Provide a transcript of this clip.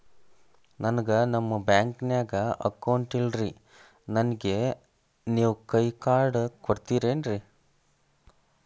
ನನ್ಗ ನಮ್ ಬ್ಯಾಂಕಿನ್ಯಾಗ ಅಕೌಂಟ್ ಇಲ್ರಿ, ನನ್ಗೆ ನೇವ್ ಕೈಯ ಕಾರ್ಡ್ ಕೊಡ್ತಿರೇನ್ರಿ?